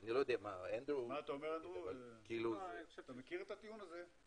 אתה מכיר את הטיעון הזה?